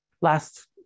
Last